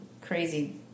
crazy